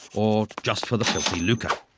or just for the filthy lucre.